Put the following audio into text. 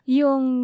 yung